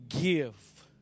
give